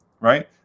right